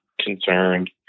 concerned